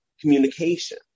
communication